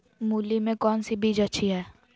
मूली में कौन सी बीज अच्छी है?